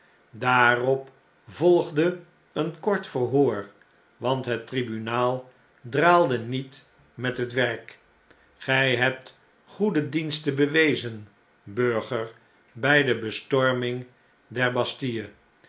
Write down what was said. daarop volgde een kort verhoor want het tribunaal draalde niet met het werk agu hebt goede diensten bewezen burger bij de bestorming der